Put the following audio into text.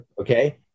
Okay